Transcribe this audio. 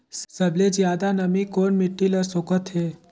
सबले ज्यादा नमी कोन मिट्टी ल सोखत हे?